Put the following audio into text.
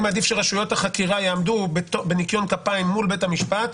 אני מעדיף שרשויות החקירה יעמדו בניקיון כפיים מול בית המשפט,